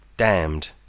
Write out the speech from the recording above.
Damned